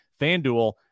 FanDuel